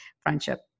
friendship